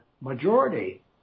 majority